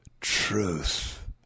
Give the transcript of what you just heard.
truth